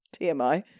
tmi